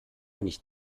nicht